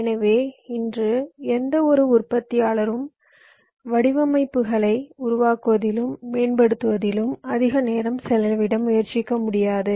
எனவே இன்று எந்தவொரு உற்பத்தியாளரும் வடிவமைப்புகளை உருவாக்குவதிலும் மேம்படுத்துவதிலும் அதிக நேரம் செலவிட முயற்சிக்க முடியாது